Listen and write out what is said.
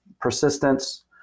persistence